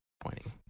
pointing